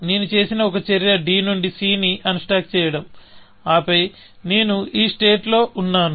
నేను చేసిన ఒక చర్య d నుండి c ని అన్స్టాక్ చేయడం ఆపై నేను ఈ స్టేట్ లో ఉన్నాను